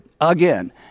again